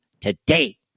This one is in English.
today